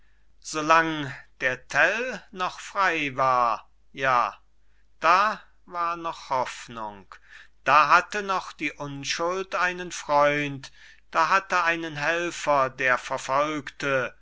ihn solang der tell noch frei war ja da war noch hoffnung da hatte noch die unschuld einen freund da hatte einen helfer der verfolgte